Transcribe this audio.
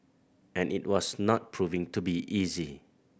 and it was not proving to be easy